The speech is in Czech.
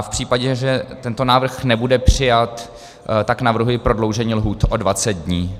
V případě, že tento návrh nebude přijat, navrhuji prodloužení lhůt o 20 dní.